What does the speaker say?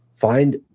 find